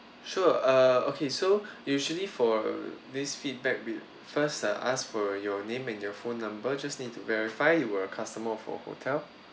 sure uh okay so usually for this feedback we'd first I'll ask for your name and your phone number just need to verify you were a customer for our hotel